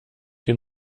den